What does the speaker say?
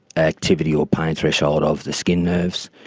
activity or pain threshold of the skin nerves.